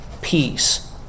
peace